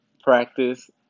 practice